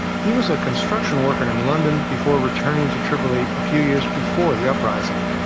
he was a construction worker in london before returning to tripoli a few years before the uprising.